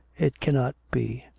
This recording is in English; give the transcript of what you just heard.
it cannot be.